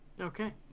Okay